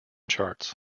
charts